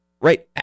Right